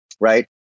right